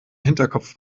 hinterkopf